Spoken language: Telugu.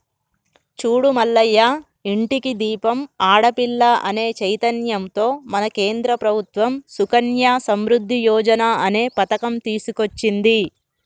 చూడు మల్లయ్య ఇంటికి దీపం ఆడపిల్ల అనే చైతన్యంతో మన కేంద్ర ప్రభుత్వం సుకన్య సమృద్ధి యోజన అనే పథకం తీసుకొచ్చింది